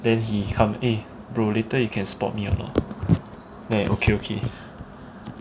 then he come eh brother later you can spot me or not then I okay okay